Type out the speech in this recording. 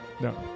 no